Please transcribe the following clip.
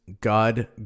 God